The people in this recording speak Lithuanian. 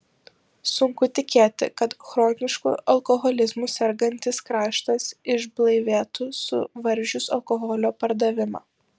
sunku tikėti kad chronišku alkoholizmu sergantis kraštas išblaivėtų suvaržius alkoholio pardavimą